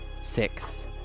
Six